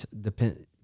depend